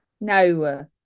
no